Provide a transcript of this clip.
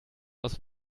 aus